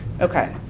Okay